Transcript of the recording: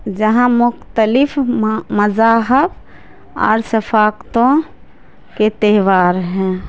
جہاں مختلف مذاہب اور ثقاقتوں کے تہوار ہیں